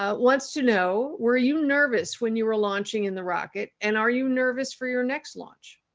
ah wants to know, were you nervous when you were launching in the rocket? and are you nervous for your next launch?